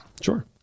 Sure